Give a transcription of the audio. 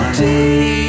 day